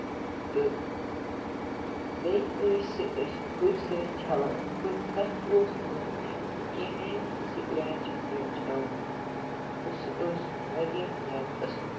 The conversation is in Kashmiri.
تہٕ بیٚیہِ ٲسۍ سُہ أسۍ ہُرِ سۭتۍ چھلان تہٕ تَتھ اوس نہٕ کِہیٖنٛۍ سِکریچ وِکریچ یِوان تہٕ سُہ اوس واریاہ زیادٕ اَصٕل